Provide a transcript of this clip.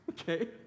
okay